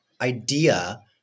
idea